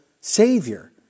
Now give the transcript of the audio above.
savior